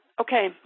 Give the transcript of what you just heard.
Okay